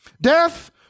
Death